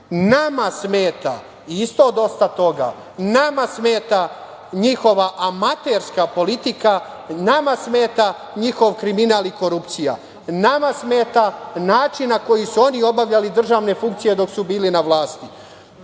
Nama smeta isto dosta toga. Nama smeta njihova amaterska politika. Nama smeta njihov kriminal i korupcija. Nama smeta način na koji su oni obavljali državne funkcije dok su bili na vlasti,